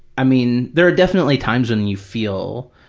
i mean, there are definitely times when and you feel